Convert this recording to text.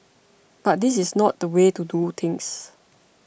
but this is not the way to do things